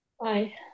Bye